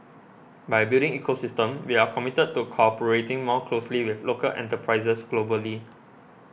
by building ecosystem we are committed to cooperating more closely with local enterprises globally